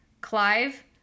Clive